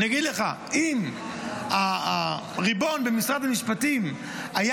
אני אגיד לך: אם הריבון במשרד המשפטים היה